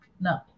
No